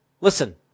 Listen